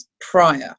prior